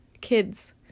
kids